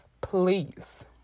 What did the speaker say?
please